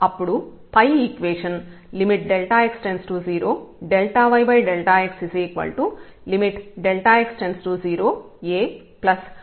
అప్పుడు పై equation x→0⁡yx x→0A x→0ϵ అవుతుంది